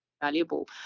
valuable